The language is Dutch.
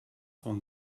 van